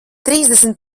trīsdesmit